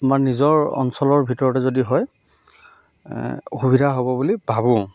আমাৰ নিজৰ অঞ্চলৰ ভিতৰতে যদি হয় সুবিধা হ'ব বুলি ভাবোঁ